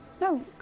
No